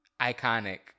iconic